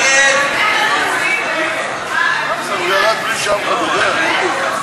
להסיר מסדר-היום את הצעת חוק לתיקון פקודת הנישואין